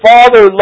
Father